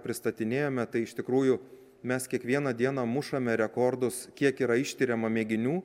pristatinėjome tai iš tikrųjų mes kiekvieną dieną mušame rekordus kiek yra ištiriama mėginių